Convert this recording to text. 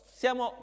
siamo